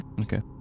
Okay